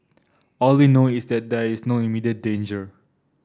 all we know is that there is no immediate danger